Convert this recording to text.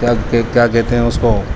کیا کہتے کیا کہتے ہیں اس کو